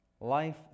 Life